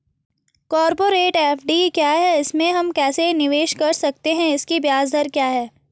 Corporate FD क्या है इसमें हम कैसे निवेश कर सकते हैं इसकी ब्याज दर क्या है?